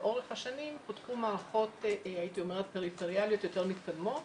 לאורך השנים פותחו מערכות פריפריאליות יותר מתקדמות,